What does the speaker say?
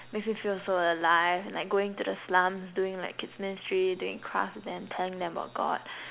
makes you feel so alive like going to the slums doing like kids ministry doing craft with them telling them about God